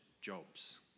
jobs